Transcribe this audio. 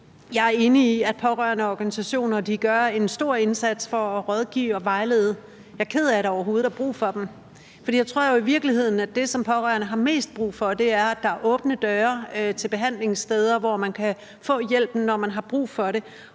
Jeg er enig i, at pårørendeorganisationer gør en stor indsats for at rådgive og vejlede. Jeg er ked af, at der overhovedet er brug for dem, for jeg tror jo i virkeligheden, at det, som pårørende har mest brug for, er, at der er åbne døre til behandlingssteder, hvor man kan få hjælpen, når man har brug for det.